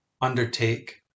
undertake